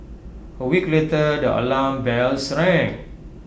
A week later the alarm bells rang